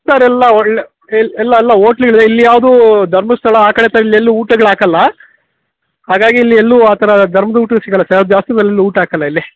sir ಎಲ್ಲ ಒಳ್ಳೆ ಎಲ್ಲ ಅಲ್ಲ ಹೋಟ್ಲಿದೆ ಇಲ್ಯಾವ್ದೂ ಧರ್ಮಸ್ಥಳ ಆ ಕಡೆ ಸೈಡ್ ಇಲ್ಲೆಲ್ಲೂ ಊಟಗಳು ಹಾಕಲ್ಲ ಹಾಗಾಗಿ ಇಲ್ಲೆಲ್ಲೂ ಆ ಥರ ಧರ್ಮದೂಟಗಳು ಸಿಗಲ್ಲ ಸರ್ ಜಾಸ್ತಿ ಊಟ ಹಾಕಲ್ಲ